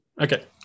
Okay